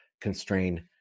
constrain